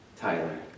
Tyler